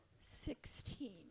Sixteen